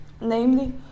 namely